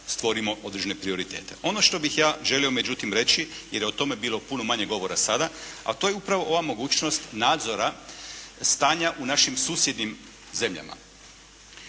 stvorimo određene prioritete. Ono što bih ja želio, međutim reći je da je o tome bilo puno manje govora sada, a to je upravo ova mogućnost nadzora stanja u našim susjednim zemljama.